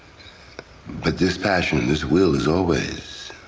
but this passion, and this will is always